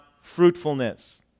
fruitfulness